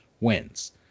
wins